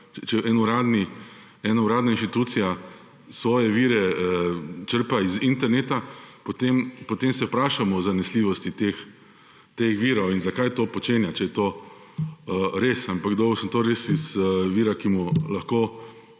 če ena uradna inštitucija svoje vire črpa z interneta, potem se vprašam o zanesljivosti teh virov in zakaj to počenja, če je to res. To informacijo sem dobil od vira, ki mu res lahko